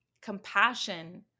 Compassion